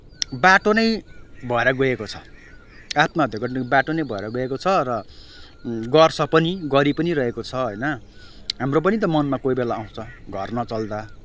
बाटो नै भएर गएको छ आत्महत्या गर्ने बाटो नै भएर गएको छ र गर्छ पनि गरी पनि रहेको छ होइन हाम्रो पनि त मनमा कोही बेला आउँछ घर नचल्दा